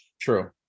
true